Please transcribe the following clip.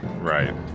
Right